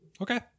Okay